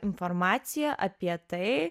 informaciją apie tai